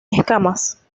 escamas